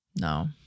No